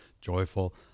joyful